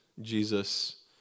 Jesus